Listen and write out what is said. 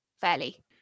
fairly